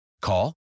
Call